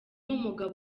umugabo